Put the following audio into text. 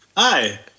hi